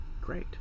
great